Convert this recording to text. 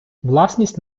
власність